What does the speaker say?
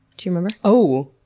do you remember? oh,